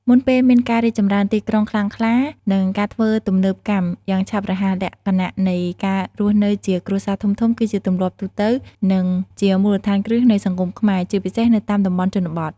មុនពេលមានការរីកចម្រើនទីក្រុងខ្លាំងក្លា និងការធ្វើទំនើបកម្មយ៉ាងឆាប់រហ័ស លក្ខណៈនៃការរស់នៅជា គ្រួសារធំៗ គឺជាទម្លាប់ទូទៅ និងជាមូលដ្ឋានគ្រឹះនៃសង្គមខ្មែរ ជាពិសេសនៅតាមតំបន់ជនបទ។